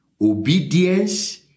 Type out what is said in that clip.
Obedience